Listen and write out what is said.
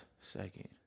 second